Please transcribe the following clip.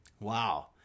Wow